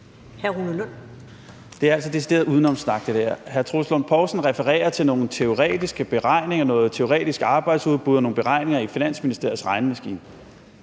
der er altså decideret udenomssnak. Hr. Troels Lund Poulsen refererer til nogle teoretiske beregninger, noget teoretisk om arbejdsudbud og nogle beregninger i Finansministeriets regnemaskine,